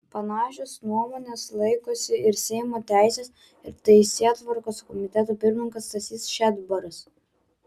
panašios nuomonės laikosi ir seimo teisės ir teisėtvarkos komiteto pirmininkas stasys šedbaras